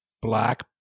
black